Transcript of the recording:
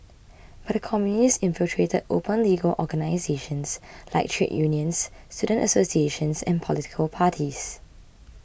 but the Communists infiltrated open legal organisations like trade unions student associations and political parties